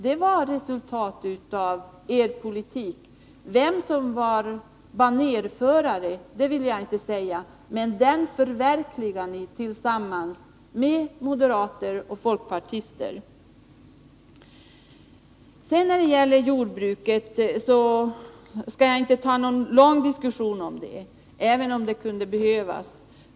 Det var ett resultat av er politik. Vem som varit banérförare vill jag inte säga, men denna politik har ni förverkligat tillsammans med moderater och folkpartister. Jag skall inte ta upp någon lång diskussion om jordbruket, även om det skulle behövas.